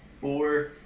Four